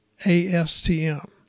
ASTM